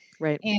right